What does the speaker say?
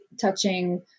touching